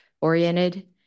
oriented